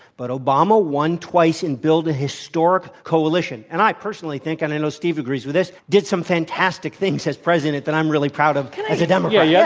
but obama won twice and built a historic coalition. and i personally think and i know steve agrees with this did some fantastic things as president that i'm really proud of as a democratic. yeah